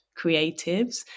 creatives